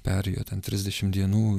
perėjo ten trisdešim dienų